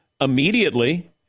immediately